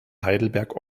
heidelberg